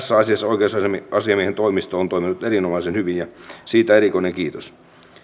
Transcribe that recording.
tässä asiassa oikeusasiamiehen toimisto on toiminut erinomaisen hyvin ja siitä erikoinen kiitos